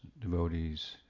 devotees